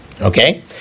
okay